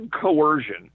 coercion